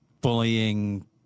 bullying